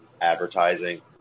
advertising